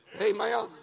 Amen